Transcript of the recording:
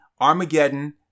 Armageddon